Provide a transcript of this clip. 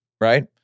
right